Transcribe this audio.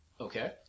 Okay